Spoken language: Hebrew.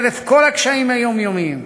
חרף כל הקשיים היומיומיים,